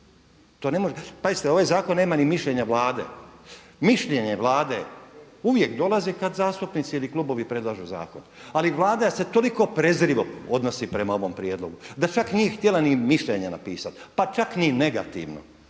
Pazite, ovaj zakon nema ni mišljenja Vlade. Mišljenje Vlade uvijek dolazi kad zastupnici ili klubovi predlažu zakon. Ali Vlada se toliko prezrivo odnosi prema ovom prijedlogu, da čak nije htjela ni mišljenje napisati, pa čak ni negativno.